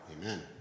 Amen